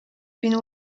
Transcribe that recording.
been